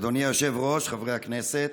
אדוני היושב-ראש, חברי הכנסת,